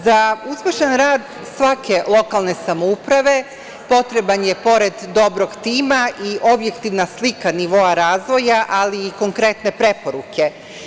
Za uspešan rad svake lokalne samouprave potrebno je pored dobrog tima i objektivna slika nivoa razvoja, ali i konkretne preporuke.